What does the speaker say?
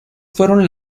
fueron